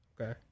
Okay